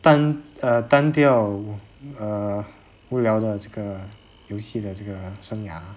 单 err 单调 err 无聊的这个游戏的这个生涯